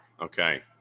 Okay